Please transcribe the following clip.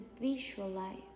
visualize